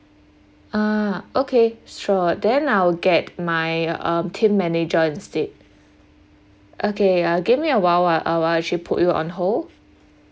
ah okay sure then I'll get my um team manager instead okay uh give me a while I'll actually put you on hold